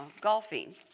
golfing